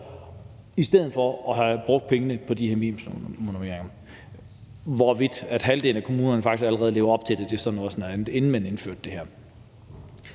i stedet for at bruge pengene på de her minimumsnormeringer. Hvorvidt halvdelen af kommunerne faktisk allerede levede op til det, inden man indførte det her,